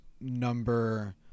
number